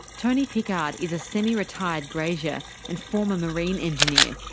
tony pickard is a semi-retired grazier and former marine engineer,